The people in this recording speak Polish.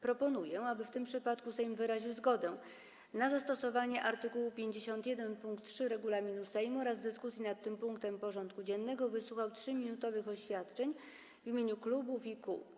Proponuję, aby w tym przypadku Sejm wyraził zgodę na zastosowanie art. 51 pkt 3 regulaminu Sejmu oraz w dyskusji nad tym punktem porządku dziennego wysłuchał 3-minutowych oświadczeń w imieniu klubów i kół.